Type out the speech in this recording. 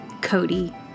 Cody